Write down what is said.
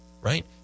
right